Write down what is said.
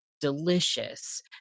Delicious